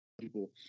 people